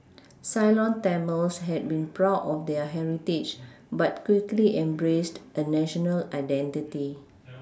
Ceylon Tamils had been proud of their heritage but quickly embraced a national identity